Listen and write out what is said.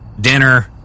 dinner